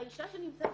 האישה שנמצאת